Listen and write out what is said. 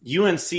UNC